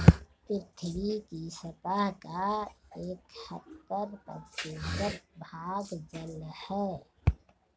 पृथ्वी की सतह का इकहत्तर प्रतिशत भाग जल है